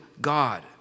God